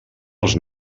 als